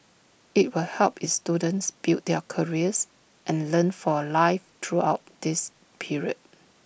IT will help its students build their careers and learn for life throughout this period